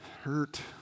hurt